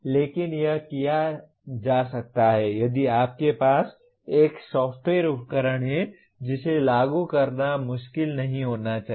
लेकिन यह किया जा सकता है यदि आपके पास एक सॉफ्टवेयर उपकरण है जिसे लागू करना मुश्किल नहीं होना चाहिए